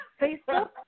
Facebook